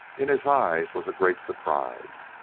in his eyes was a great surprise.